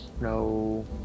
no